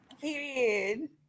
Period